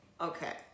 Okay